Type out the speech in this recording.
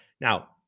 Now